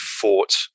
fought